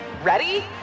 Ready